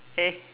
hey